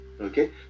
okay